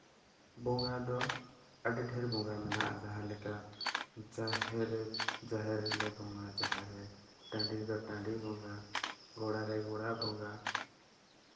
ᱵᱚᱸᱜᱟ ᱫᱚ ᱟᱹᱰᱤ ᱰᱷᱮᱨ ᱵᱚᱸ ᱢᱮᱱᱟᱜᱼᱟ ᱡᱟᱦᱟᱸ ᱞᱮᱠᱟ ᱡᱟᱦᱮᱨ ᱡᱟᱦᱮᱨ ᱨᱮᱞᱮ ᱵᱚᱸᱜᱟᱭᱟ ᱡᱟᱦᱮᱨ ᱨᱮ ᱴᱟᱺᱰᱤ ᱨᱮᱫᱚ ᱴᱟᱺᱰᱤ ᱵᱚᱸᱜᱟ ᱜᱚᱲᱟ ᱨᱮ ᱜᱚᱲᱟ ᱵᱚᱸᱜᱟ